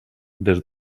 des